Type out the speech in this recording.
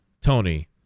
Tony